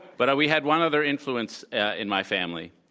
but we had one other influence in my family,